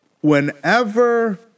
whenever